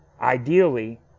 Ideally